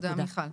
תודה, מיכל.